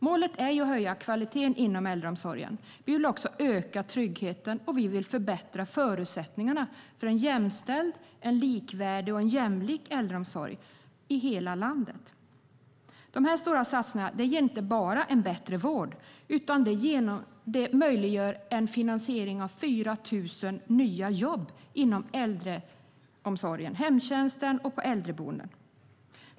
Målet är att höja kvaliteten inom äldreomsorgen, öka tryggheten och förbättra förutsättningarna för en jämställd, likvärdig och jämlik äldreomsorg i hela landet. Dessa stora satsningar ger inte bara en bättre vård utan möjliggör också en finansiering av ca 4 000 nya jobb inom äldreomsorgen, i hemtjänsten och på äldreboenden.